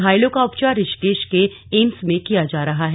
घायलों का उपचार ऋषिकेश के एम्स में किया जा रहा है